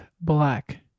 black